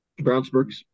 brownsburgs